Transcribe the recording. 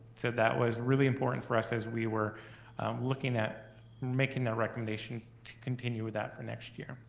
so that was really important for us as we were looking at making that recommendation to continue that for next year.